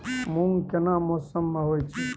मूंग केना मौसम में होय छै?